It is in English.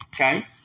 Okay